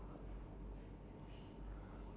okay next is you